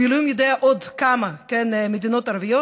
ואלוהים יודע עוד כמה מדינות ערביות,